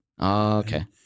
Okay